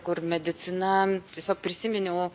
kur medicina tiesiog prisiminiau